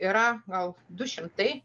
yra gal du šimtai